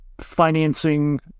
financing